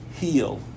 heal